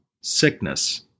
sickness